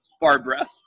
Barbara